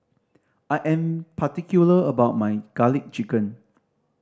I am particular about my Garlic Chicken